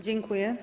Dziękuję.